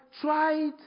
tried